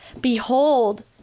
Behold